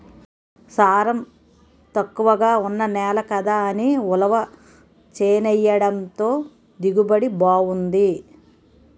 సారం తక్కువగా ఉన్న నేల కదా అని ఉలవ చేనెయ్యడంతో దిగుబడి బావుంది